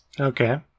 Okay